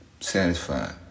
Satisfied